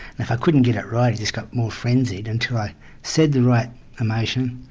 and if i couldn't get it right i just got more frenzied until i said the right emotion,